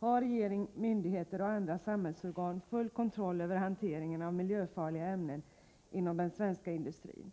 Har regering, myndigheter och andra samhällsorgan full kontroll över hanteringen av miljöfarliga ämnen inom den svenska industrin?